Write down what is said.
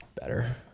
better